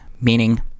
meaning